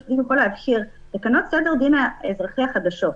תקנות סדר הדין האזרחי החדשות,